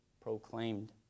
proclaimed